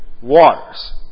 waters